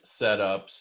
setups